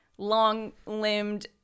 long-limbed